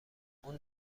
اون